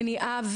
מניעה,